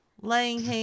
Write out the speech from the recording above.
Laying